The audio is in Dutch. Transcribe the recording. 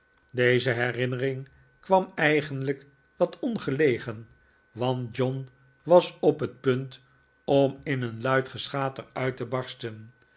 deze herinnering kwam eigenlijk wat ongelegen want john was op het punt om in een luid geschater uit te barsten